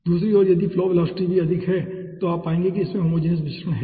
दूसरी ओर यदि फ्लो वेलोसिटी भी अधिक है तो भी आप पाएंगे कि इसमें होमोजिनियस मिश्रण है